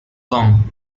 kong